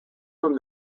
from